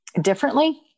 differently